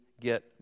get